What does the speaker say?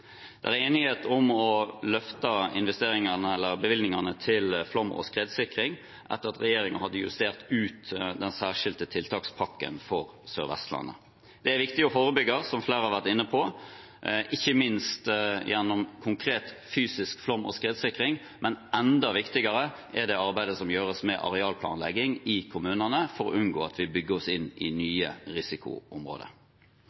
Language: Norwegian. er enighet om å løfte investeringene, eller bevilgningene, til flom- og skredsikring etter at regjeringen hadde justert ut den særskilte tiltakspakken for Sør-Vestlandet. Det er, som flere har vært inne på, viktig å forebygge, ikke minst gjennom konkret fysisk flom- og skredsikring. Men enda viktigere er arbeidet som gjøres med arealplanlegging i kommunene for å unngå at en bygger seg inn i